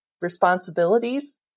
responsibilities